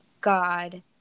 God